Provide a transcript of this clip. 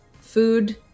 food